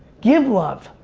give love,